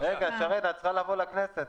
חייב להיצמד להגדרה של החלטת הממשלה,